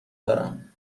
دارم